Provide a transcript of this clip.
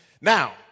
Now